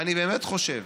אני באמת חושב